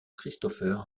christopher